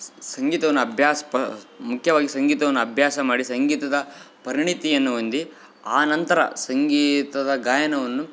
ಸ ಸಂಗೀತವನ್ನು ಅಭ್ಯಾಸ ಪ ಮುಖ್ಯವಾಗಿ ಸಂಗೀತವನ್ನು ಅಭ್ಯಾಸ ಮಾಡಿ ಸಂಗೀತದ ಪರಿಣಿತಿಯನ್ನು ಹೊಂದಿ ಆ ನಂತರ ಸಂಗೀತದ ಗಾಯನವನ್ನು